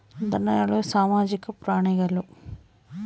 ಧನಗಳು ಸಾಮಾಜಿಕ ಪ್ರಾಣಿಗಳು